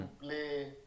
play